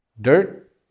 Dirt